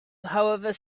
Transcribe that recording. however